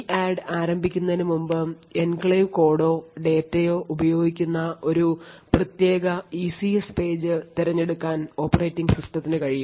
EADD ആരംഭിക്കുന്നതിന് മുമ്പ് enclave കോഡോ ഡാറ്റയോ ഉപയോഗിക്കുന്ന ഒരു പ്രത്യേക ഇസിഎസ് പേജ് തിരഞ്ഞെടുക്കാൻ ഓപ്പറേറ്റിംഗ് സിസ്റ്റത്തിന് കഴിയും